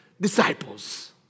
disciples